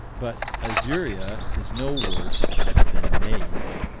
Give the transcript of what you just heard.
but azuria is no worse than neith.